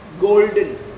golden